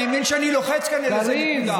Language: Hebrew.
אני מבין שאני לוחץ כנראה על איזו נקודה.